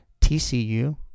TCU